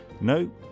No